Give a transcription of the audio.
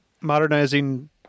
modernizing